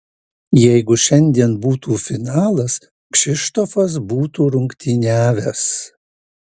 jeigu šiandien būtų finalas kšištofas būtų rungtyniavęs